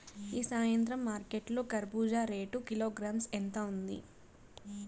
ఈ సాయంత్రం మార్కెట్ లో కర్బూజ రేటు కిలోగ్రామ్స్ ఎంత ఉంది?